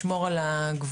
לשמור על הגבולות.